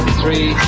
three